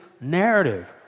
narrative